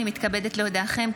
אני מתכבדת להודיעכם,